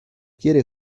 quiere